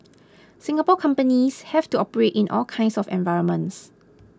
Singapore companies have to operate in all kinds of environments